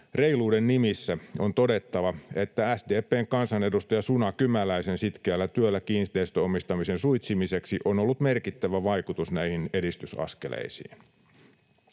Reiluuden nimissä on todettava, että SDP:n kansanedustaja Suna Kymäläisen sitkeällä työllä kiinteistön omistamisen suitsimiseksi on ollut merkittävä vaikutus näihin edistysaskeleisiin.